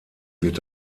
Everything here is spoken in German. wird